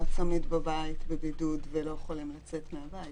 הצמיד בבית בבידוד ולא יכולים לצאת מהבית?